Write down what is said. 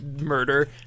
murder